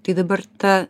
tai dabar ta